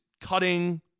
cutting